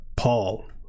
Paul